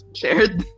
shared